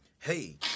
Hey